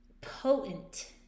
potent